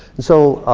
so